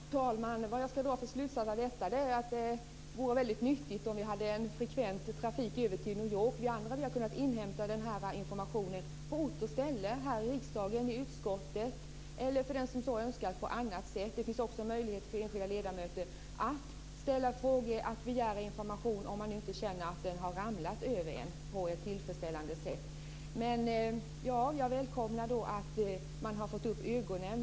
Fru talman! Vad ska jag dra för slutsatser av detta? Är det att det vore nyttigt om vi hade en frekvent trafik över till New York? Vi andra har kunnat inhämta informationen på ort och ställe, här i riksdagen, i utskottet eller på annat sätt. Det finns också möjligheter för enskilda ledamöter att ställa frågor och att begära information. Jag välkomnar att man har fått upp ögonen.